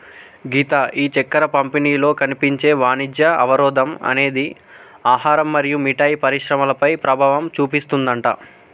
గీత ఈ చక్కెర పంపిణీలో కనిపించే వాణిజ్య అవరోధం అనేది ఆహారం మరియు మిఠాయి పరిశ్రమలపై ప్రభావం చూపిస్తుందట